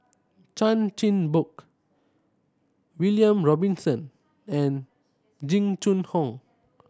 Chan Chin Bock William Robinson and Jing Jun Hong